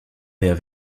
père